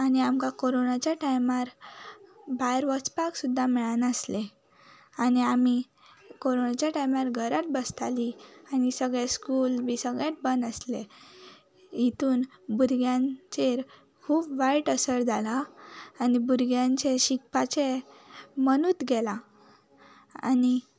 आनी आमकां कोरॉनाच्या टायमार भायर वचपाक सुद्दां मेळनासलें आनी आमी कोरॉनाच्या टायमार घराच बसताली आनी सगळे स्कूल बीन सगळेंत बंद आसलें हेंतूत भुरग्यांचेर खूब वायट असर जाला आनी भुरग्यांचे शिकपाचे मनत गेलां आनी